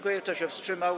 Kto się wstrzymał?